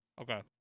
Okay